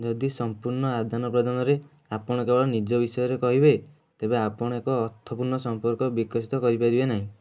ଯଦି ସମ୍ପୂର୍ଣ୍ଣ ଆଦାନ ପ୍ରଦାନରେ ଆପଣ କେବଳ ନିଜ ବିଷୟରେ କହିବେ ତେବେ ଆପଣ ଏକ ଅର୍ଥପୂର୍ଣ୍ଣ ସମ୍ପର୍କ ବିକଶିତ କରିପାରିବେ ନାହିଁ